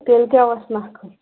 تیٚلہِ کیٛاہ وَسہِ نَکھٕ